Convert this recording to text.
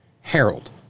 Harold